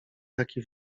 taki